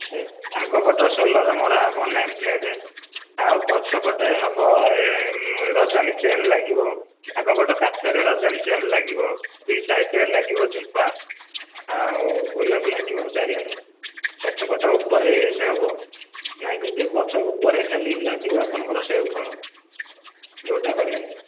ସେ ଆଗ ପଟ ସୋଲର ରେ ମରା ହେବ ନେମ ପ୍ଲେଟ ଆଉ ପଛପଟେ ହେବ ରଜନୀ ଚେନ ଲାଗିବ ଆଗପଟେ କାଚରେ ରଜନୀ ଚେନ ଲାଗିବ ଦି ସାଇଟରେ ଲାଗିବ ଝୁମ୍ପା ଆଉ ଗୋଲାପ ଲାଗିବ ଚାରିଆଡ଼େ ପଛ ପଟ ଉପରେ ଏସ ହେବନାଇଁ ଯଦି ପଛ ଉପରେ ଲାଗି ଆପଣ ଙ୍କ ର ସେଉ ଫଳ ଯେଉଁଟା କରିବେ